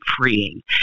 freeing